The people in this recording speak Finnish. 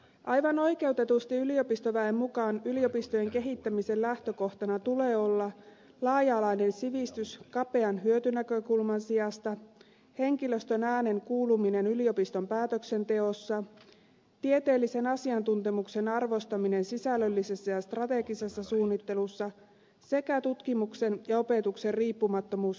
aivan oikeutetusti yliopistoväen mukaan yliopistojen kehittämisen lähtökohtana tulee olla laaja alainen sivistys kapean hyötynäkökulman sijasta henkilöstön äänen kuuluminen yliopiston päätöksenteossa tieteellisen asiantuntemuksen arvostaminen sisällöllisessä ja strategisessa suunnittelussa sekä tutkimuksen ja opetuksen riippumattomuus rahoittajien intresseistä